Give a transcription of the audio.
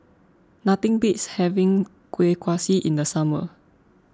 nothing beats having Kueh Kaswi in the summer